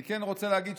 אני כן רוצה להגיד,